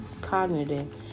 cognitive